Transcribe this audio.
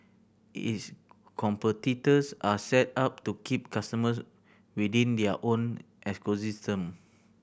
its competitors are set up to keep customers within their own